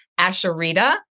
Asherita